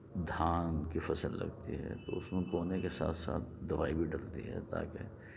دھان کی فصل لگتی ہے تو اس میں بونے کے ساتھ ساتھ دوائی بھی ڈلتی ہے تاکہ